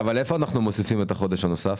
איפה אנחנו מוסיפים את החודש הנוסף?